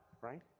right